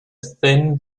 thin